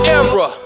era